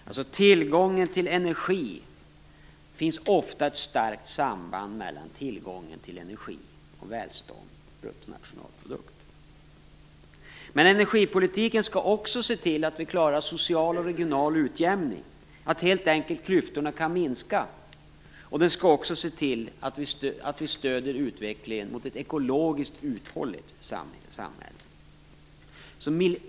Mellan tillgången till energi, välstånd och bruttonationalprodukt finns ofta ett starkt samband. Energipolitiken skall också se till att vi klarar social och regional utjämning, att klyftorna helt enkelt kan minska. Den skall också se till att vi stöder utvecklingen mot ett ekologiskt uthålligt samhälle.